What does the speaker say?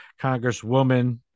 congresswoman